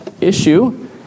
issue